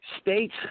States